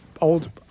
old